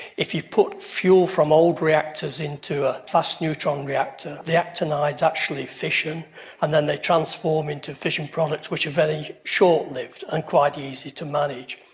if you put fuel from old reactors into a fast neutron reactor, the actinides actually fission and then they transform into fission products which are very short-lived and quite easy to manage.